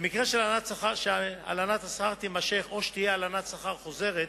במקרה שהלנת השכר תימשך או שתהיה הלנת שכר חוזרת,